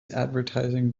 advertising